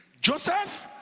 Joseph